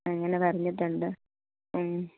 അങ്ങനെ പറഞ്ഞിട്ടുണ്ട് ഉം